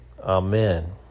Amen